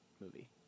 movie